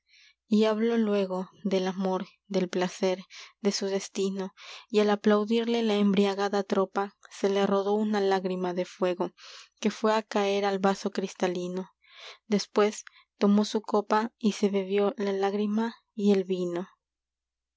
y habló que improvise el poeta luego del amor y al se del placer de su destino aplaudirle la embriagada tropa una le rodó lágrima de fuego al vaso que fué á caer cristalino después tomó y se su copa y bebió la lágrima el vino